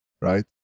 right